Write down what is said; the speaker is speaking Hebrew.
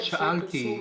שאלתי,